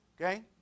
okay